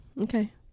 Okay